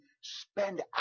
spend